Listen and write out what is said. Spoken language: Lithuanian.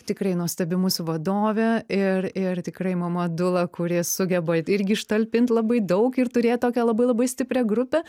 tikrai nuostabi mūsų vadovė ir ir tikrai mama dula kuri sugeba irgi ištalpint labai daug ir turėt tokią labai labai stiprią grupę